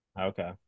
okay